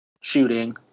shooting